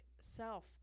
self